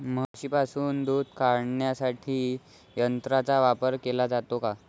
म्हशींपासून दूध काढण्यासाठी यंत्रांचा वापर केला जातो